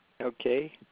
Okay